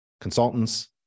consultants